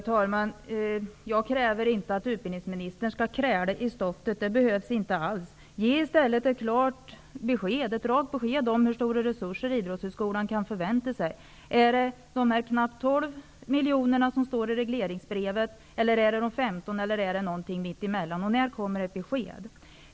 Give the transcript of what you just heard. Herr talman! Jag kräver inte att utbildningsministern skall kräla i stoftet. Det behövs inte alls. Ge i stället ett klart och rakt besked om hur stora resurser Idrottshögskolan kan förvänta sig. Är det fråga om de knappt 12 miljoner som nämns i regleringsbrevet, om de 15 miljonerna eller om något mitt emellan? När kommer ett besked?